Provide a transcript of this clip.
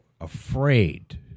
afraid